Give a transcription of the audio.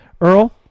Earl